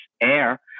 air